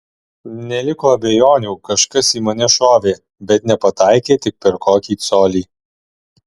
neliko abejonių kažkas į mane šovė bet nepataikė tik per kokį colį